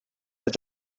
that